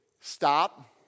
stop